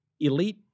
elite